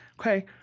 Okay